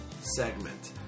segment